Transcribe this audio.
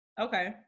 Okay